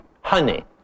Honey